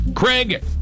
Craig